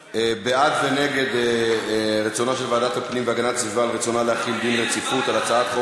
בעד ונגד רצונה של ועדת הפנים להחיל דין רציפות על הצעת חוק